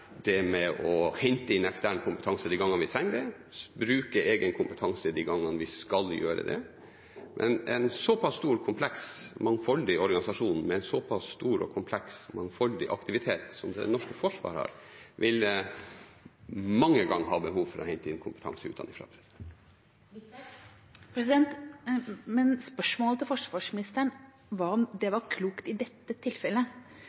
med å hente inn ekstern kompetanse de gangene vi trenger det, og bruke egen kompetanse de gangene vi skal gjøre det. En såpass stor, kompleks og mangfoldig organisasjon med en såpass stor, kompleks og mangfoldig aktivitet som det norske Forsvaret har, vil mange ganger ha behov for å hente inn kompetanse utenifra. Spørsmålet til forsvarsministeren var om det var klokt i dette tilfellet.